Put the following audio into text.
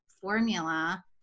formula